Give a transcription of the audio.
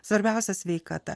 svarbiausia sveikata